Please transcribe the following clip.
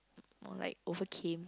like overcame